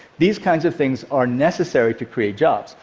these kinds of things are necessary to create jobs,